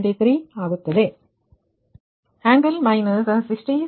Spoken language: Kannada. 23 ಆಗುತ್ತದೆ ಆಂಗಲ್ ಮೈನಸ್ 67